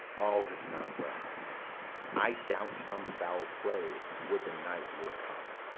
all is not well i doubt some foul play would the night were come!